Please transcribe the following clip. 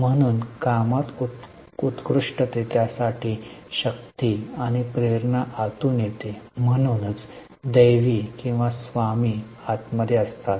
म्हणून कामात उत्कृष्टतेसाठी शक्ती आणि प्रेरणा आतून येते म्हणूनच दैवी किंवा स्वामी आतमध्ये असतात